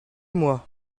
moi